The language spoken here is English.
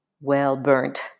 well-burnt